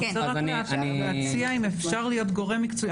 אני רוצה רק להציע, אם אפשר להיות גורם מקצועי.